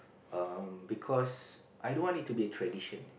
um because I don't want it to be a tradition